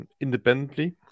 independently